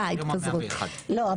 לא,